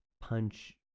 punch